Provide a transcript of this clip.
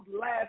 last